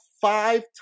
five